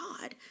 God